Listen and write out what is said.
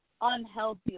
unhealthy